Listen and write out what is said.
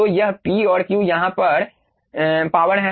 तो यह p और q यहाँ पर पावर है